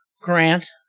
Grant